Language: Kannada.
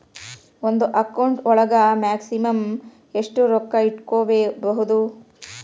ಒಂದು ಅಕೌಂಟ್ ಒಳಗ ಮ್ಯಾಕ್ಸಿಮಮ್ ಎಷ್ಟು ರೊಕ್ಕ ಇಟ್ಕೋಬಹುದು?